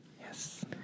Yes